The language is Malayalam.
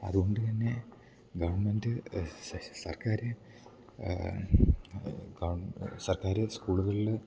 അതുകൊണ്ട് തന്നെ ഗെവണ്മെൻറ്റ് സർക്കാർ സർക്കാർ സ്കൂള്കൾള്